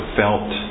felt